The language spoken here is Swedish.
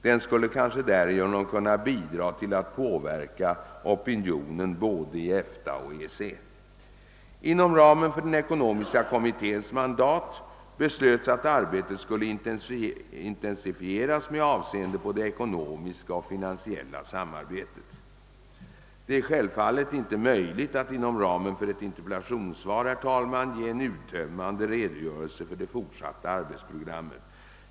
Den skulle kanske därigenom kunna bidra till att påverka opinionen både i EFTA och EEC. Inom ramen för den ekonomiska kommitténs mandat beslöts att arbetet skall intensifieras med avseende på det ekonomiska och finansiella samarbetet. Det är självfallet inte möjligt att inom ramen för ett interpellationssvar ge en uttömmande redogörelse för det fortsatta arbetsprogrammet.